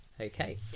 Okay